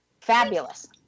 Fabulous